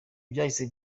byahise